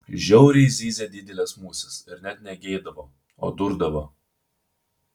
žiauriai zyzė didelės musės ir net ne geidavo o durdavo